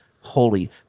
holy